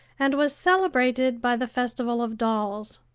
and was celebrated by the festival of dolls.